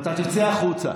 אתה תצא החוצה.